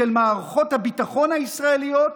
של מערכות הביטחון הישראליות,